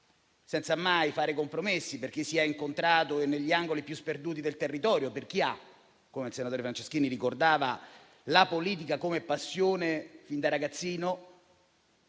senza mai fare compromessi; per chi lo ha incontrato negli angoli più sperduti del territorio; per chi ha - come il senatore Franceschini ricordava - la politica come passione fin da ragazzino,